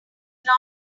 not